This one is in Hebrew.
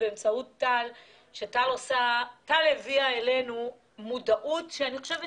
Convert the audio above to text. טל הביאה לתנועה שלנו מודעות לנושא,